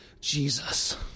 Jesus